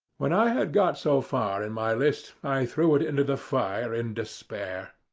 when i had got so far in my list i threw it into the fire in despair.